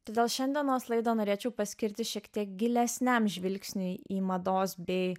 todėl šiandienos laidą norėčiau paskirti šiek tiek gilesniam žvilgsniui į mados bei